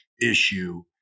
issue